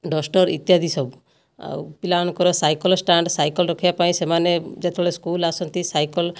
duster ଇତ୍ୟାଦି ସବୁ ଆଉ ପିଲାମାନଙ୍କର ସାଇକଲ ଷ୍ଟାଣ୍ଡ ସାଇକଲ ରଖିବା ପାଇଁ ସେମାନେ ଯେତେବେଳେ ସ୍କୁଲ ଆସନ୍ତି ସାଇକଲ